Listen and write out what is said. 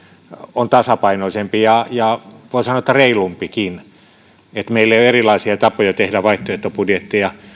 on tasapainoisempi ja ja voi sanoa reilumpikin kun meillä ei ole erilaisia tapoja tehdä vaihtoehtobudjetteja